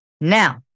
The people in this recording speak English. Now